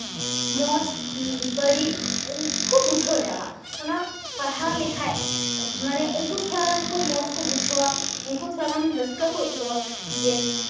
ᱢᱚᱡᱽ ᱵᱟᱹᱲᱤᱡ ᱠᱚ ᱵᱩᱡᱷᱟᱹᱣ ᱧᱟᱢᱟ ᱚᱱᱟ ᱯᱟᱲᱦᱟᱣ ᱞᱮᱠᱷᱟᱡ ᱢᱟᱱᱮ ᱩᱱᱠᱩ ᱛᱷᱚᱲᱟᱜᱟᱱ ᱢᱚᱡᱽ ᱠᱚ ᱵᱩᱡᱷᱟᱹᱣᱟ ᱩᱱᱠᱩ ᱛᱷᱚᱲᱟᱜᱟᱱ ᱨᱟᱹᱥᱠᱟᱹ ᱠᱚ ᱟᱹᱭᱠᱟᱹᱣᱟ ᱡᱮ